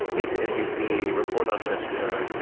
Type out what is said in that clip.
get to nbc, report on chechnya,